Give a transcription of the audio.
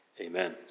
Amen